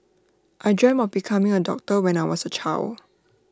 I dreamt of becoming A doctor when I was A child